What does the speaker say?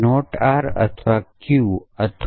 R અથવા Q અથવા